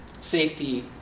safety